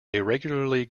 irregularly